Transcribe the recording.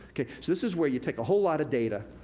so, this is where you take a whole lot of data,